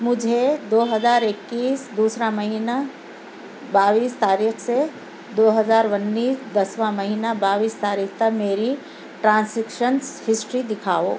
مجھے دو ہزار اکیس دوسرا مہینہ باٮٔیس تاریخ سے دو ہزار اُنیس دسواں مہینہ باٮٔیس تاریخ تک میری ٹرانزیکشنس ہسٹری دِکھاؤ